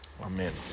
Amen